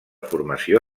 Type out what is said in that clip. formació